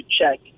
check